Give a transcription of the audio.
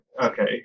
Okay